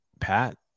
Pat